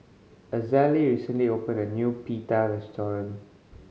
Azalee recently opened a new Pita restaurant